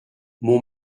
mon